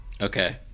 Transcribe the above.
Okay